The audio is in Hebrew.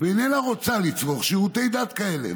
ואיננה רוצה לצרוך שירותי דת כאלה,